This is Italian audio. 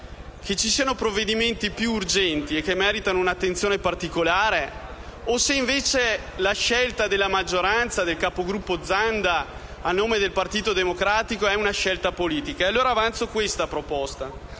che vi siano provvedimenti più urgenti che meritano un'attenzione particolare o se, invece, la scelta della maggioranza e del capogruppo Zanda, a nome del Partito Democratico, è politica e allora avanzo la seguente proposta.